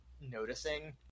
noticing